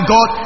God